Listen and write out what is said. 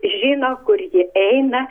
žino kur ji eina